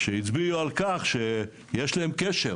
שהצביעו על כך שיש להם קשר